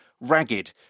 ragged